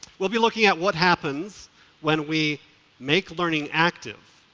we'll be looking at what happens when we make learning active,